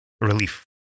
relief